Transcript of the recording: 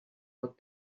what